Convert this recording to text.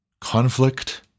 conflict